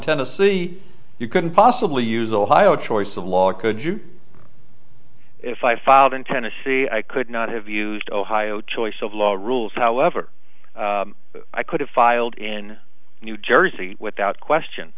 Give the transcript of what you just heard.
tennessee you could possibly use ohio choice of law or could you if i filed in tennessee i could not have used ohio choice of law rules however i could have filed in new jersey without question